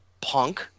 Punk